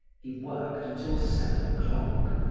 he worked until seven o'clock,